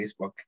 Facebook